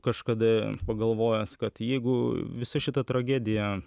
kažkada pagalvojęs kad jeigu visa šita tragedija